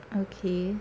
okay